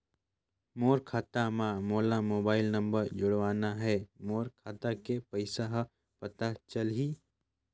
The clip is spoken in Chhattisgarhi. मोर खाता मां मोला मोबाइल नंबर जोड़वाना हे मोर खाता के पइसा ह पता चलाही?